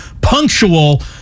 punctual